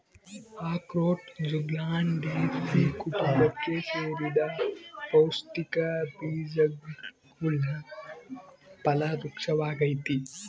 ಅಖ್ರೋಟ ಜ್ಯುಗ್ಲಂಡೇಸೀ ಕುಟುಂಬಕ್ಕೆ ಸೇರಿದ ಪೌಷ್ಟಿಕ ಬೀಜವುಳ್ಳ ಫಲ ವೃಕ್ಪವಾಗೈತಿ